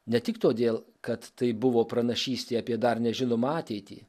ne tik todėl kad tai buvo pranašystė apie dar nežinomą ateitį